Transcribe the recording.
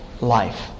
life